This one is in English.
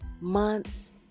months